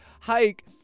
hike